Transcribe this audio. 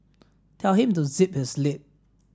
tell him to zip his lip